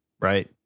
right